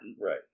Right